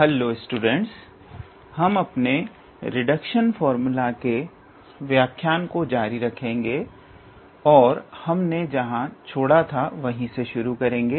hello students हम अपने reduction formula के व्याख्यायन को जारी रखेंगे और हमने जहां छोड़ा था वहीं से शुरू करेंगे